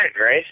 right